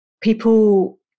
people